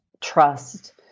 trust